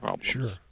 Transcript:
Sure